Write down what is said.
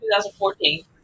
2014